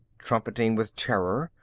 trumpeting with terror,